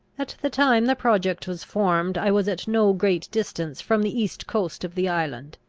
at the time the project was formed i was at no great distance from the east coast of the island,